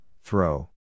throw